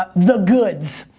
but the goods,